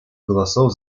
голосов